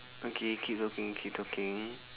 okay keep talking keep talking